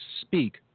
speak